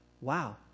Wow